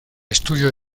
estudio